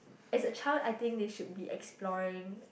as a child I think they should be exploring